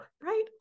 right